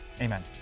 Amen